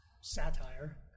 satire